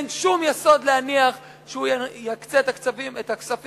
אין שום יסוד להניח שהוא יקצה את הכספים